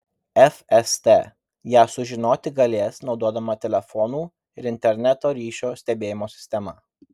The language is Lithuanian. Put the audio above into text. fst ją sužinoti galės naudodama telefonų ir interneto ryšio stebėjimo sistemą